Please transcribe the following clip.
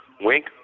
Wink